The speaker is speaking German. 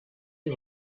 sie